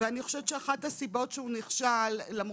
אחת הסיבות שהוא נכשל לדעתי,